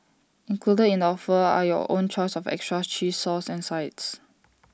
included in the offer are your own choice of extras cheese sauce and sides